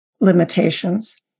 limitations